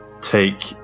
take